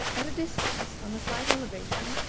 at a distance, on a slight elevation,